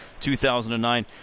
2009